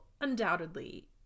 undoubtedly